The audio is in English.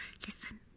Listen